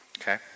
okay